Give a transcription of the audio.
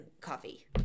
coffee